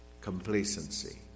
complacency